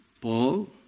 Paul